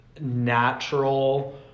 natural